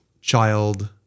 child